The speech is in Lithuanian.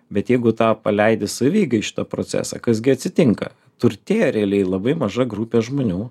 bet jeigu tą paleidi savieigai į šitą procesą kas gi atsitinka turtėja realiai labai maža grupė žmonių